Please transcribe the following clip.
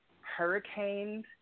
hurricanes